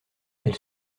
elle